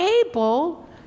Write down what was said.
able